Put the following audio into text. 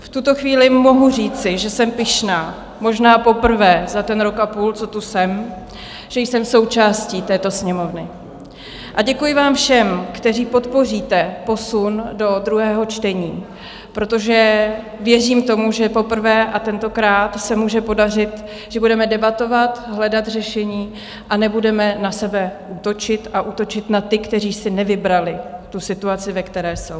V tuto chvíli mohu říci, že jsem pyšná, možná poprvé za ten rok a půl, co tu jsem, že jsem součástí této Sněmovny, a děkuji vám všem, kteří podpoříte posun do druhého čtení, protože věřím tomu, že poprvé a tentokrát se může podařit, že budeme debatovat, hledat řešení a nebudeme na sebe útočit a útočit na ty, kteří si nevybrali tu situaci, ve které jsou.